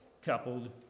Coupled